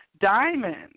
diamonds